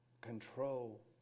control